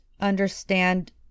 understand